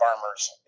farmers